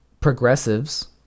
progressives